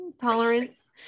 tolerance